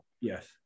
Yes